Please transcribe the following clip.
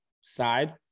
side